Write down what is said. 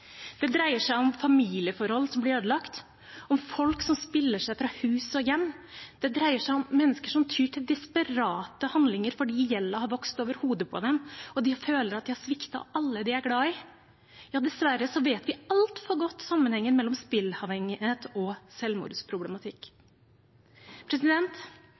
Det dreier seg om familieforhold som blir ødelagt, om folk som spiller seg fra hus og hjem, det dreier seg om mennesker som tyr til desperate handlinger fordi gjelden har vokst seg over hodet på dem og de føler at de har sviktet alle de er glad i. Dessverre vet vi altfor godt sammenhengen mellom spilleavhengighet og selvmordsproblematikk.